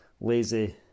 lazy